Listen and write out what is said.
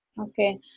Okay